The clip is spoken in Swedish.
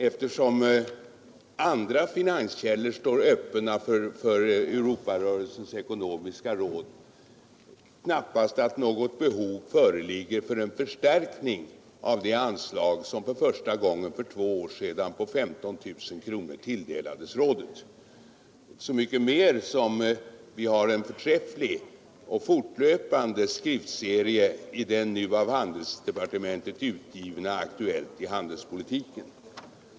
Eftersom andra finanskällor står öppna för Europarörelsens svenska råd har utskottet funnit att något behov knappast föreligger för en förstärkning av det anslag på 15 000 kronor som för första gången för två år sedan tilldelades rådet, så mycket mer som vi nu har en förträfflig och fortlöpande skriftserie i den av handelsdepartementet utgivna Aktuellt i handelspolitiken.